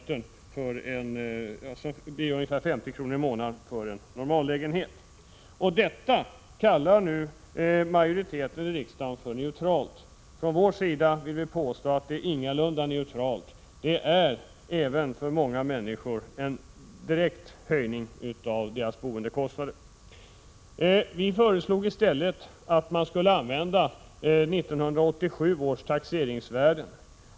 per kvm blir ungefär 50 kr. i månaden för en normal lägenhet. Detta kallar nu majoriteten i riksdagen för neutralt. Från vår sida vill vi påstå att det ingalunda är neutralt. Det medför en direkt höjning av många människors boendekostnader. Vi föreslog i stället att man skulle använda 1987 års taxeringsvärden.